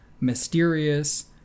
mysterious